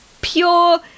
pure